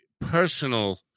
personal